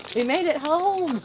we made it home.